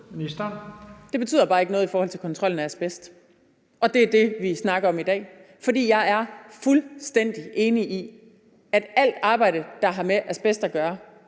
Det betyder bare ikke noget i forhold til kontrollen af asbest, og det er det, vi snakker om i dag. Jeg er fuldstændig enig i, at alt arbejde, der har med asbest at gøre,